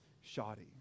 shoddy